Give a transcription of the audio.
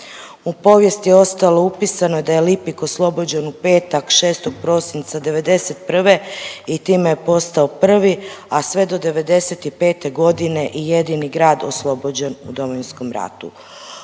U povijesti je ostalo upisano da je Lipik oslobođen u petak 6. prosinca '91. i time je postao prvi, a sve do '95. godine i jedini grad oslobođen u Domovinskom ratu.